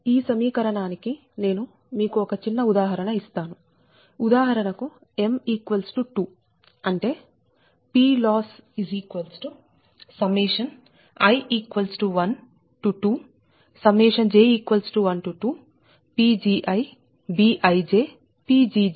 ఈ సమీకరణానికి నేను మీకు ఒక చిన్న ఉదాహరణ ఇస్తాను ఉదాహరణకు m 2 అంటే PLossi12j12PgiBijPgj